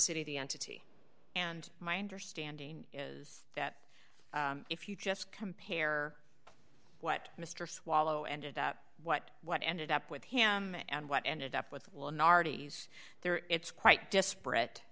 city the entity and my understanding is that if you just compare what mr swallow ended up what what ended up with him and what ended up with there it's quite